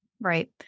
right